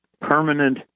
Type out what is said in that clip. permanent